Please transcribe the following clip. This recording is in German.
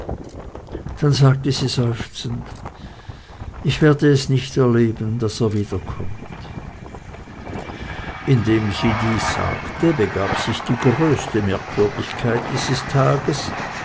dann sagte sie seufzend ich werde es nicht erleben daß er wiederkommt indem sie dies sagte begab sich die größte merkwürdigkeit dieses tages